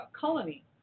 colony